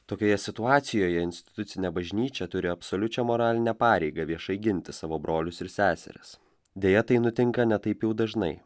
tokioje situacijoje institucinė bažnyčia turi absoliučią moralinę pareigą viešai ginti savo brolius ir seseris deja tai nutinka ne taip jau dažnai